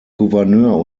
gouverneur